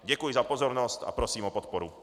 Děkuji za pozornost a prosím o podporu.